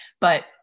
But-